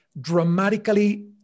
dramatically